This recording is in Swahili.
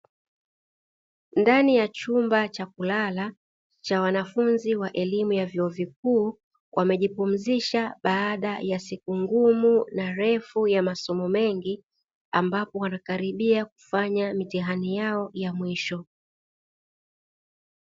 Ndani ya chumba cha kulala cha wanafunzi wa elimu ya vyuo vikuu wamejipumzisha baada ya siku ngumu na refu ya masomo mengi, ambapo wanakaribia kufanya mitihani yao ya mwisho.